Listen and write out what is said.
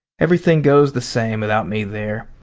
everything goes the same without me there.